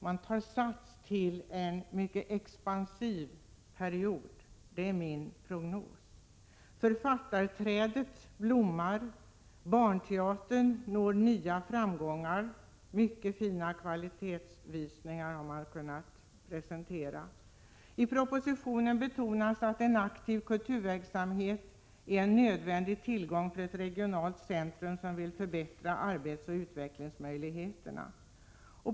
Man tar sats till en mycket expansiv period. Det är min prognos. Författarträdet blommar. Barnteatern når nya framgångar. Mycket fina kvalitetsvisningar har man kunnat presentera. I propositionen betonas att en aktiv kulturverksamhet är en nödvändig tillgång för ett regionalt centrum som vill förbättra arbetsoch utvecklingsmöjligheterna.